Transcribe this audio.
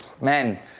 Man